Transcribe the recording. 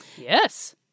Yes